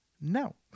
No